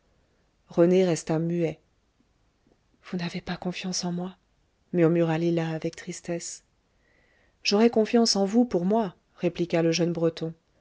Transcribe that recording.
rené resta muet vous n'avez pas confiance en moi murmura lila avec tristesse j'aurais confiance en vous pour moi répliqua le jeune breton